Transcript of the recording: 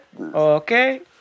Okay